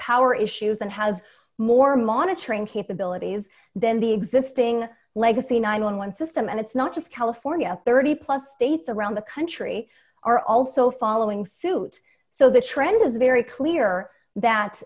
power issues and has more monitoring capabilities than the existing legacy nine hundred and eleven system and it's not just california thirty plus states around the country are also following suit so the trend is very clear